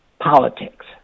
politics